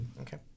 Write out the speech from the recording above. Okay